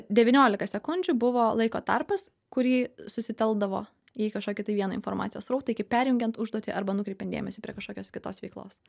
devyniolika sekundžių buvo laiko tarpas kurį susitelkdavo į kažkokį tai vieną informacijos srautą iki perjungiant užduotį arba nukreipiant dėmesį prie kažkokios kitos veiklos